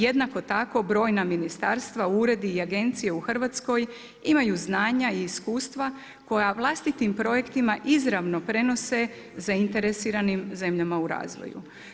Jednako tako brojna ministarstva, uredi i agencije u Hrvatskoj imaju znanja i iskustva koja vlastitim projektima izravno prenose zainteresiranim zemljama u razvoju.